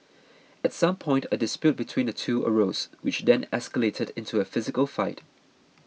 at some point a dispute between the two arose which then escalated into a physical fight